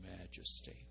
majesty